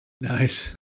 Nice